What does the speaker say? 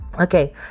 Okay